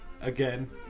again